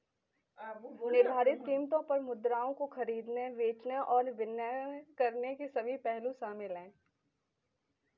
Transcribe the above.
निर्धारित कीमतों पर मुद्राओं को खरीदने, बेचने और विनिमय करने के सभी पहलू शामिल हैं